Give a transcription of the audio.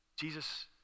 Jesus